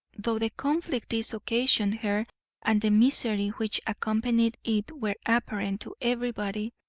though the conflict this occasioned her and the misery which accompanied it were apparent to everybody,